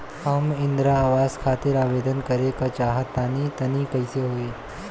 हम इंद्रा आवास खातिर आवेदन करे क चाहऽ तनि कइसे होई?